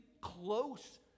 close